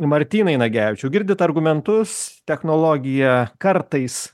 martynai nagevičiau girdit argumentus technologija kartais